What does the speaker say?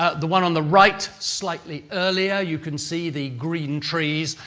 ah the one on the right, slightly earlier, you can see the green trees,